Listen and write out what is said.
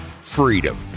freedom